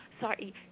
sorry